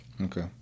Okay